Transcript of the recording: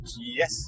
Yes